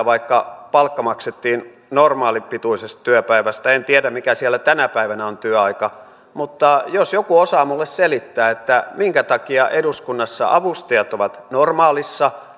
vaikka palkka maksettiin normaalipituisesta työpäivästä en tiedä mikä siellä tänä päivänä on työaika mutta jos joku osaa minulle selittää minkä takia eduskunnassa avustajat ovat normaalin